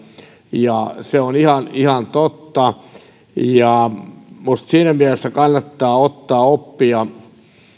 ja se on ihan ihan totta minusta siinä mielessä kannattaa ottaa oppia